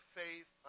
faith